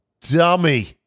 dummy